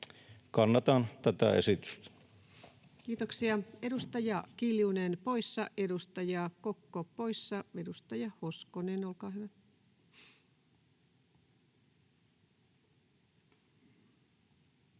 Content: Kiitoksia. — Edustaja Kiljunen poissa, edustaja Kokko poissa. — Edustaja Hoskonen, olkaa hyvä.